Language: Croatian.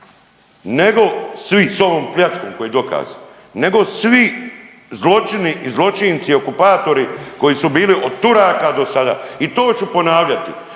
nego svi s ovom pljačkom koji je dokaz nego svi zločini i zločinci okupatori koji su bili od Turaka do sada i to ću ponavljati.